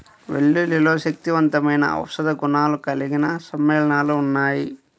వెల్లుల్లిలో శక్తివంతమైన ఔషధ గుణాలు కలిగిన సమ్మేళనాలు ఉన్నాయి